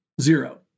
zero